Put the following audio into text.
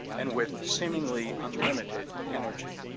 and with seemingly unlimited energy.